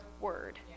word